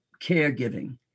caregiving